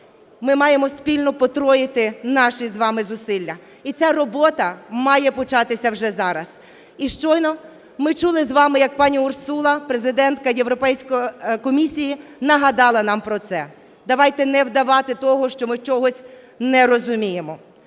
Ми маємо спільно потроїти наші з вами зусилля і ця робота має початися вже зараз. І щойно ми чули з вами, як пані Урсула, Президентка Європейської комісії нагадала нам про це. Давайте не вдавати того, що ми чогось не розуміємо,